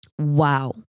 wow